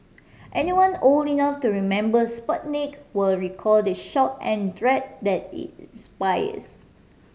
anyone old enough to remember Sputnik will recall the shock and dread that it inspires